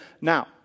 now